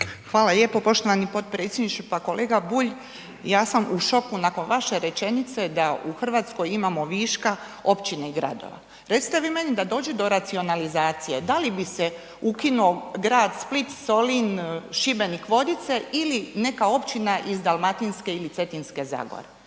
Hvala lijepo poštovani potpredsjedniče. Pa kolega Bulj, ja sam u šoku naše rečenice da u Hrvatskoj imamo viška općina i gradova. Recite vi meni da dođe racionalizacije, da li bi se ukinuo grad Split, Solin, Šibenik, Vodice ili neka općina iz Dalmatinske ili Cetinske zagore?